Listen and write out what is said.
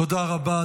תודה רבה.